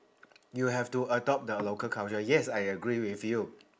you have to adopt the local culture yes I agree with you